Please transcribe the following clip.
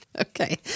Okay